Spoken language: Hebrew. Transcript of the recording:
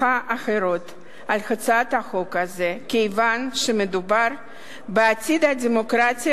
האחרות על הצעת החוק הזאת כיוון שמדובר בעתיד הדמוקרטיה